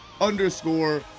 underscore